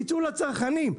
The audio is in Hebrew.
שייצאו לצרכנים,